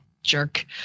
Jerk